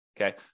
okay